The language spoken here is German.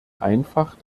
einfach